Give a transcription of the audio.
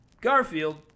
Garfield